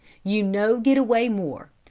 you no get away more.